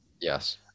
Yes